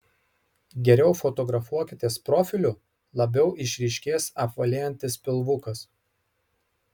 geriau fotografuokitės profiliu labiau išryškės apvalėjantis pilvukas